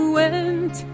went